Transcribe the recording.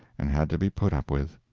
and had to be put up with.